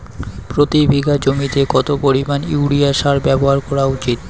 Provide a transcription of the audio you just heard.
প্রতি বিঘা জমিতে কত পরিমাণ ইউরিয়া সার ব্যবহার করা উচিৎ?